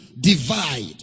divide